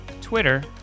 Twitter